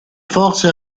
forze